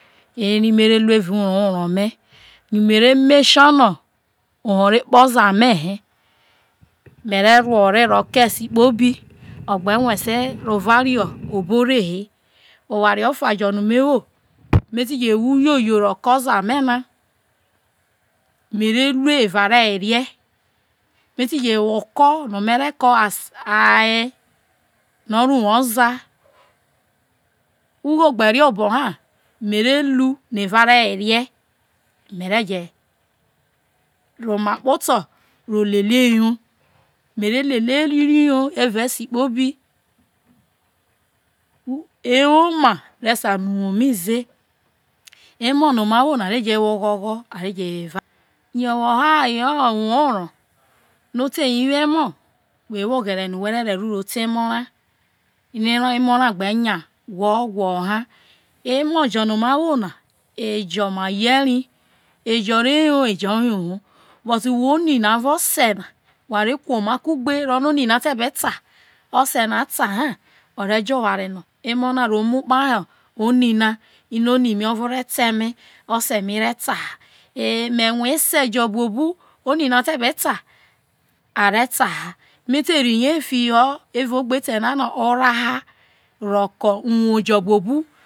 eri meru lue erao uro oro me yo mere make sure no oho re kpe oza me he mere rue ore ro he mere rue ore ro kei esi kpoli ogbe ruesi ro ova rio obo ore he oware ofa jo me wo me ti je wo uyo yo ro ke oza me na me re me era re werie mu ti je wo oko no mere ko as aye no oro uwo oza ugho gbe rie obo h mere lu no eva ere ro were meje ro oma kpoto lelie yo mere lelie yo evao esi kpobi ewome re sa no uwo mi ze emo no ma are je wo oghogho are je wo evawere yo woho aye uwo oro oti ne wo emo whe wo oghere no we re ro re ro ro te emo ra ino emo ra gbe nga gwo gwo ho ha emo no ma wo na eyo ma ye ri eyo re yo ma ye ri ejo re yo ejo yoho but whe omi na aro ose na wha re kuo oma kugbe ro ni no orii na ta be ta ose na da ha ore jo oware no emona are ro mu phohoo uni na ino oni mi ovo re ta eme ose mi re ta eme ose mi re ta ha me rue ese jo bno bu oni te be ta are ta ha me teri ye fiho eva ogbe eta na no ora ha ro ko uwo jo bue bu